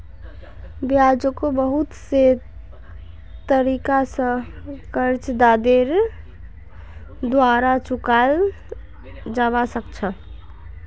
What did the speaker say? ब्याजको बहुत से तरीका स कर्जदारेर द्वारा चुकाल जबा सक छ